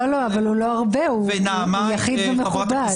לא, הוא יחיד ומכובד.